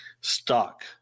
stock